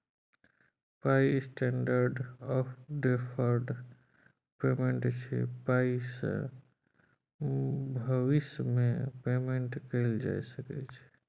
पाइ standard of deferred payment छै पाइसँ भबिस मे पेमेंट कएल जा सकै छै